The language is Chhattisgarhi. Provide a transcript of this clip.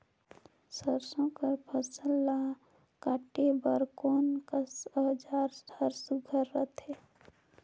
सरसो कर फसल ला काटे बर कोन कस औजार हर सुघ्घर रथे?